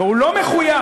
הוא לא מחויב,